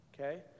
Okay